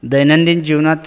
दैनंदिन जीवनातील